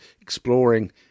exploring